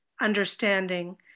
understanding